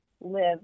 live